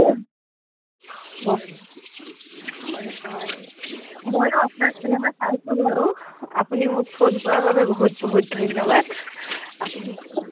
হয় হয় হয় ময়ো আপোনাৰ চিনেমা চাইছোঁ বাৰু আপুনি মোক ফোন কৰাৰ বাবে বহুত বহুত ধন্যবাদ আপুনি